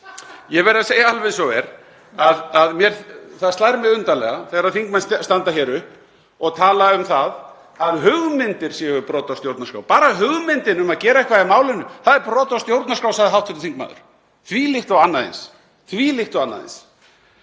Ég verð að segja alveg eins og er að það slær mig undarlega þegar þingmenn standa hér upp og tala um það að hugmyndir séu brot á stjórnarskrá. Bara hugmyndin um að gera eitthvað í málinu er brot á stjórnarskrá, sagði hv. þingmaður. Þvílíkt og annað eins. Þvílíkt og annað eins,